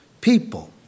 people